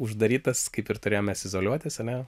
uždarytas kaip ir turėjom mes izoliuotis ane